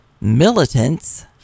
militants